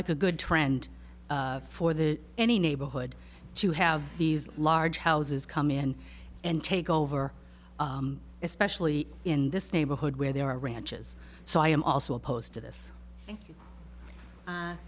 like a good trend for the any neighborhood to have these large houses come in and take over especially in this neighborhood where there are ranches so i am also opposed to this